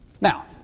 Now